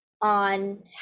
on